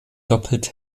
doppelt